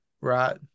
right